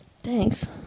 Thanks